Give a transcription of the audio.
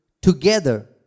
together